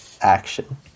action